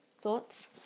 thoughts